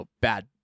bad